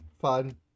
fun